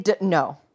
No